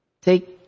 Take